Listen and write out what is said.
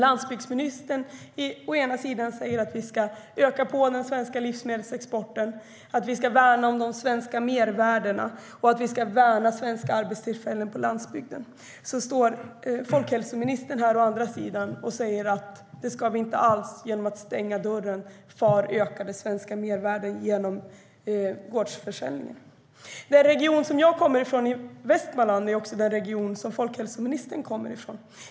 Landsbygdsministern säger å ena sidan att svensk livsmedelsexport ska ökas, att svenska mervärden ska värnas och att svenska arbetstillfällen på landsbygden ska värnas. Å andra sidan säger folkhälsoministern, genom att stänga dörren för ökade svenska mervärden med hjälp av gårdsförsäljning, att detta inte alls ska ske. Den region jag kommer från i Västmanland är också den region som folkhälsoministern kommer från.